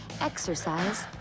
exercise